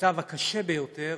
במצב הקשה ביותר,